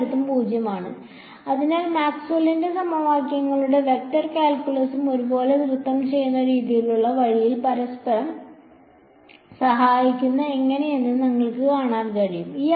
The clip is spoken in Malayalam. എല്ലായിടത്തും 0 ശരിയാണ് അതിനാൽ മാക്സ്വെല്ലിന്റെ സമവാക്യങ്ങളും വെക്റ്റർ കാൽക്കുലസും ഒരു പോലെ നൃത്തം ചെയ്യുന്ന രീതിയിലുള്ള വഴിയിൽ പരസ്പരം സഹായിക്കുന്നത് എങ്ങനെയെന്ന് നിങ്ങൾക്ക് കാണാൻ കഴിയും